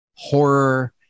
horror